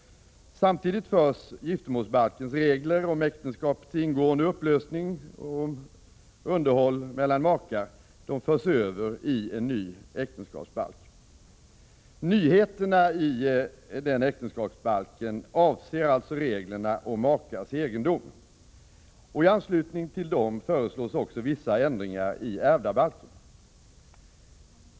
Samtidigt förs giftermålsbalkens regler om äktenskaps ingående och upplösning samt om underhåll mellan makar över i en ny äktenskapsbalk. Nyheterna i äktenskapsbalken avser alltså reglerna om makars egendom. I anslutning till dessa föreslås också vissa ändringar i ärvdabalken.